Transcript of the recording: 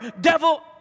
devil